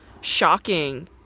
shocking